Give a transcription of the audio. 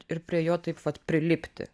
ir prie jo taip vat prilipti